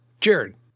Jared